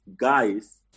guys